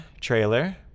trailer